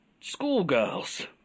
schoolgirls